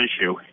issue